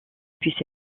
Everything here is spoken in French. puisse